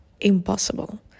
impossible